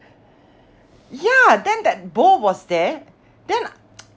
ya then that bowl was there then